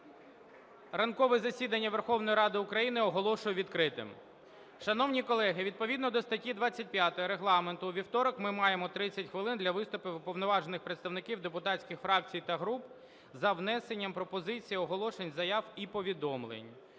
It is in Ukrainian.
Ранкове засідання Верховної Ради України оголошую відкритим. Шановні колеги, відповідно до статті 25 Регламенту у вівторок ми маємо 30 хвилин для виступів уповноважених представників депутатських фракцій та груп з внесенням пропозицій, оголошень, заяв і повідомлень.